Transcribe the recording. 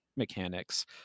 mechanics